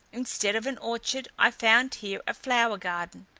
instead of an orchard, i found here a flower garden,